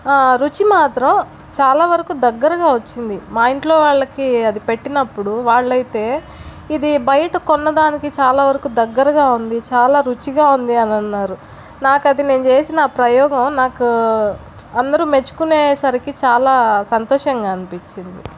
ఆ రుచి మాత్రం చాలా వరకు దగ్గరగా వచ్చింది మా ఇంట్లో వాళ్ళకి అది పెట్టినప్పుడు వాళ్ళైతే ఇది బయట కొన్న దానికి చాలా వరకు దగ్గరగా ఉంది చాలా రుచిగా ఉంది అని అన్నారు నాకది నేను చేసిన ప్రయోగం నాకు అందరు మెచ్చుకునేసరికి చాలా సంతోషంగా అనిపించింది